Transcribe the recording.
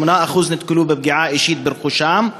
8% נתקלו בפגיעה אישית ברכושם,